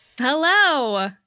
Hello